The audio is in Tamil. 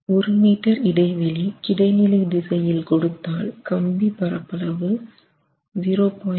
1 மீட்டர் இடைவெளி கிடைநிலை திசையில் கொடுத்தால் கம்பி பரப்பளவு 0